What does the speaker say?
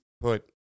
put